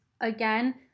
again